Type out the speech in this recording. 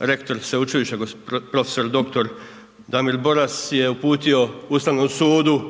rektor sveučilišta prof. dr. Damir Boras je uputio Ustavnom sudu